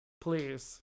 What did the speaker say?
please